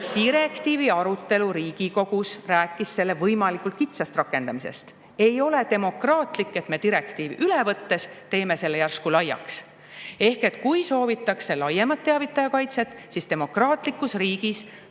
Direktiivi arutelu ajal Riigikogus räägiti selle võimalikult kitsast rakendamisest. Ei ole demokraatlik, kui me direktiivi üle võttes [muudame] selle järsku laiaks. Kui soovitakse laiemat teavitaja kaitset, siis demokraatlikus riigis